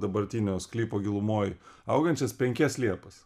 dabartinio sklypo gilumoj augančias penkias liepas